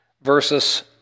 versus